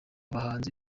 bahanzi